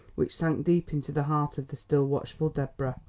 which sank deep into the heart of the still watchful deborah.